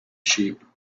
sheep